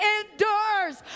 endures